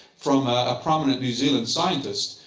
from a prominent new zealand scientist.